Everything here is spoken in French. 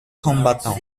combattant